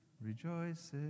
rejoices